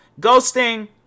Ghosting